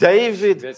David